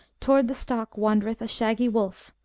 toward the stock wandereth a shaggy wolf,